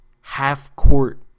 half-court